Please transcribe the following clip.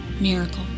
miracle